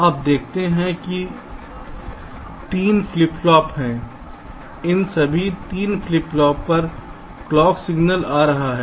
आप देखते हैं कि 3 फ्लिप फ्लॉप हैं इन सभी 3 फ्लिप पॉप पर क्लॉक सिग्नल आ रहा है